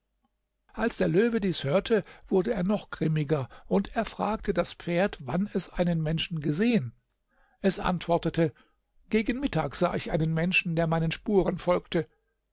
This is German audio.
als der löwe dies hörte wurde er noch grimmiger und er fragte das pferd wann es einen menschen gesehen es antwortete gegen mittag sah ich einen menschen der meinen spuren folgte